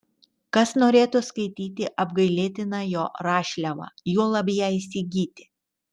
kas norėtų skaityti apgailėtiną jo rašliavą juolab ją įsigyti